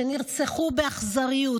שנרצחו באכזריות.